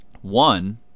One